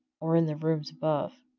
or in the rooms above.